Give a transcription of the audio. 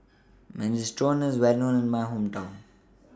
Minestrone IS Well known in My Hometown